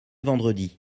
vendredi